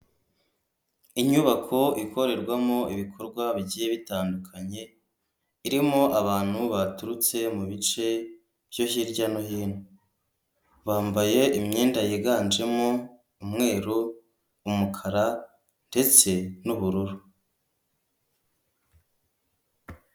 Inyubako ikorerwamo ibikorwa bigiye bitandukanye irimo abantu baturutse mu bice byo hirya no hino, bambaye imyenda yiganjemo umweru, umukara, ndetse n'ubururu.